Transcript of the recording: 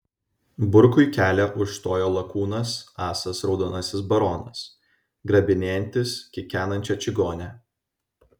burkui kelią užstojo lakūnas asas raudonasis baronas grabinėjantis kikenančią čigonę